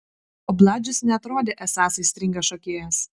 o bladžius neatrodė esąs aistringas šokėjas